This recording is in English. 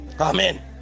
Amen